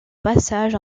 passage